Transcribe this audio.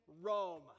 rome